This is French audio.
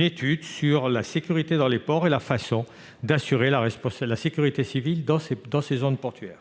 étude sur la sécurité dans les ports et la façon d'assurer la sécurité civile dans ces zones portuaires.